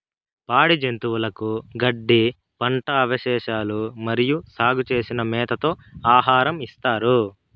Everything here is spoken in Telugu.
పాడి జంతువులకు గడ్డి, పంట అవశేషాలు మరియు సాగు చేసిన మేతతో ఆహారం ఇస్తారు